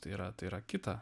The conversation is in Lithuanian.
tai yra tai yra kita